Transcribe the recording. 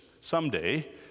someday